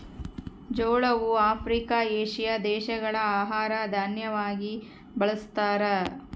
ಜೋಳವು Africa, Asia ದೇಶಗಳ ಆಹಾರ ದಾನ್ಯವಾಗಿ ಬಳಸ್ತಾರ